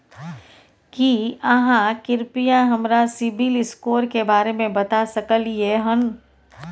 की आहाँ कृपया हमरा सिबिल स्कोर के बारे में बता सकलियै हन?